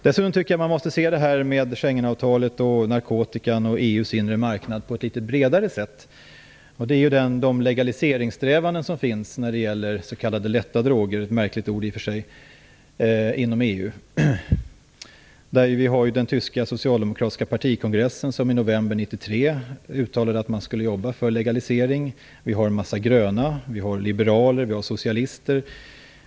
Dessutom tycker jag att man måste se Schengenavtalet, narkotikan och EU:s inre marknad på ett bredare sätt. Det handlar om de legaliseringssträvanden som finns när det gäller s.k. lätta droger - det är ett märkligt uttryck - inom EU. Den tyska socialdemokratiska partikongressen uttalade i november 1993 att man skulle jobba för en legalisering. Den här åsikten har en massa gröna, liberaler och socialister.